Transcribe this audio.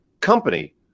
company